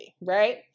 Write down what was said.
right